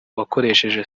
wakoresheje